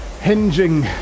hinging